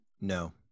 no